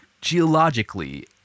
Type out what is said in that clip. geologically